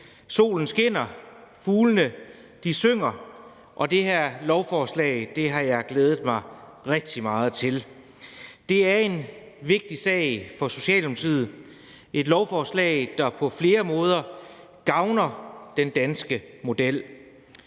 Solen skinner, fuglene synger, og det her lovforslag har jeg glædet mig rigtig meget til. Det er en vigtig sag for Socialdemokratiet og er et lovforslag, der på flere måder gavner den danske model.